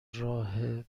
راه